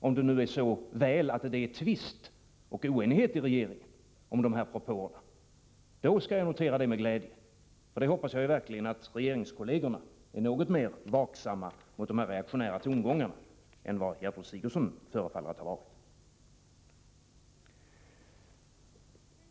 Om det nu är så väl att det är tvist och oenighet i regeringen om dessa propåer, skall jag notera det med glädje. Jag hoppas verkligen att regeringskollegerna är något mer vaksamma mot dessa reaktionära tongångar än vad Gertrud Sigurdsen förefaller ha varit.